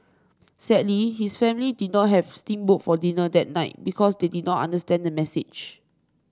sadly his family did not have steam boat for dinner that night because they did not understand the message